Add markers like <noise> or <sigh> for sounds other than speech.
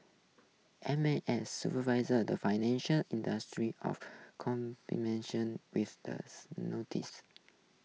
M A S supervises the financial industry of <unintelligible> with these notices <noise>